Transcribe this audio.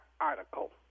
article